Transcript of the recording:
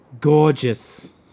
Gorgeous